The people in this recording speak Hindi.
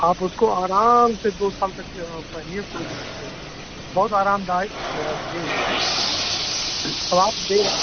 आप उसको आराम से दो साल तक के पहनिए कोई दिक्कत नहीं होगी बहुत आरामदायक देह भी है तो आप दे